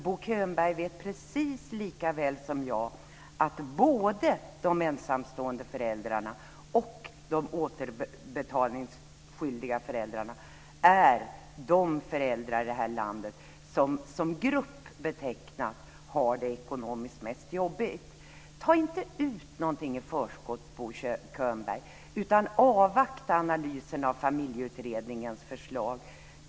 Bo Könberg vet precis lika väl som jag att både de ensamstående föräldrarna och de återbetalningsskyldiga föräldrarna som grupp är de föräldrar i det här landet som har det ekonomiskt mest jobbigt. Ta inte ut något i förskott, Bo Könberg, utan avvakta analysen av Familjeutredningens förslag.